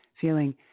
feeling